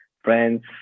friends